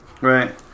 Right